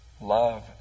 love